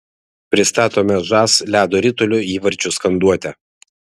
pristatome žas ledo ritulio įvarčių skanduotę